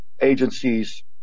agencies